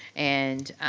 and.